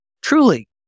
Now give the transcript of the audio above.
truly